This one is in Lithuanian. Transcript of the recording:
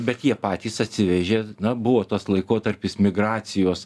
bet jie patys atsivežė na buvo tas laikotarpis migracijos